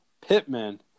Pittman